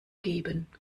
geben